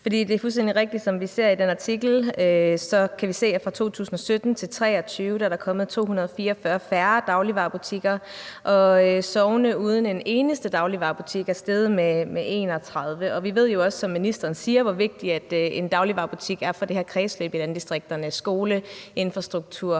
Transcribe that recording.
det er fuldstændig rigtigt, som vi ser det i den artikel; vi kan se, at fra 2017 til 2023 er der 244 færre dagligvarebutikker, og at antallet af sogne uden en eneste dagligvarebutik er steget med 31. Vi ved jo også, som ministeren siger, hvor vigtig en dagligvarebutik er for det her kredsløb i landdistrikterne: skole, infrastruktur,